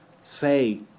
say